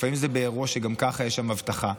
לפעמים זה באירוע שגם ככה יש שם אבטחה.